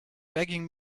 begging